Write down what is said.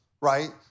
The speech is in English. right